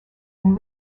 and